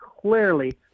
clearly